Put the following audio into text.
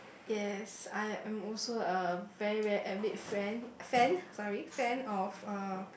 yes I am also a very very avid friend fan sorry fan of uh